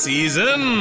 Season